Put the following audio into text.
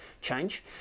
Change